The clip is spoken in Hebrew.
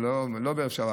או לא בערב שבת,